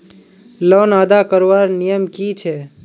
Loan अदा करवार नियम की छे?